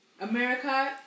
America